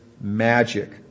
magic